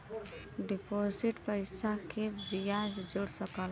deposit पइसा के बियाज जोड़ सकला